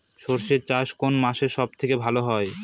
সর্ষে চাষ কোন মাসে সব থেকে ভালো হয়?